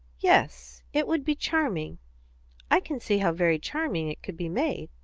yes, it would be charming i can see how very charming it could be made.